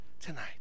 tonight